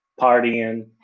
partying